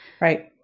Right